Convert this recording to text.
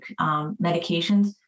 medications